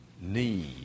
need